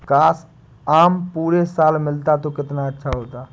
काश, आम पूरे साल मिलता तो कितना अच्छा होता